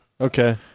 Okay